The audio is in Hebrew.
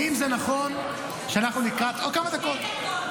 האם זה נכון שאנחנו לקראת --- שתי דקות.